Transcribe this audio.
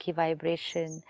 vibration